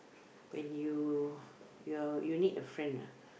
when you you need a friend lah